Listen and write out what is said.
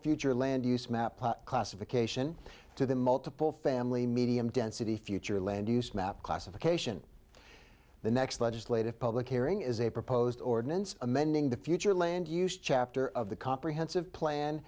future land use map classification to the multiple family medium density future land use map classification the next legislative public hearing is a proposed ordinance amending the future land use chapter of the comprehensive plan